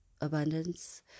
abundance